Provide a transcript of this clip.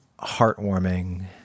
heartwarming